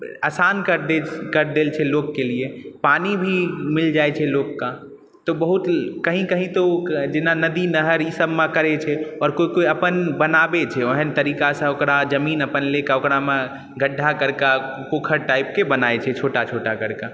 आसान कर देल छै लोकके लिए पानि भी मिल जाइ छै लोककऽ तऽ बहुत कहीँ कहीँ तऽ जेना नदी नहर ई सबमँ करै छै आओर कोइ कोइ अपन बनाबै छै ओहेन तरीकासँ ओकरा जमीन अपन लए कऽ ओकरामे गढ्ढा करकऽ पोखरि टाइपके बनाइ छै छोटा छोटा करके